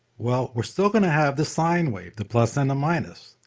well we're still going to have the sine wave the plus and a minus.